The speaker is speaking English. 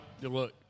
look